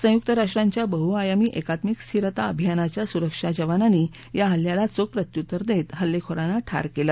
संयुक्त राष्ट्रांच्या बहुआयामी एकात्मिक स्थिरता अभियानाच्या सुरक्षा जवानांनीं या हल्ल्याला चोख प्रत्युत्तर देत हल्लेखोरांना ठार केलं